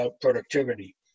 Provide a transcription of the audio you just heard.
productivity